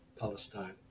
Palestine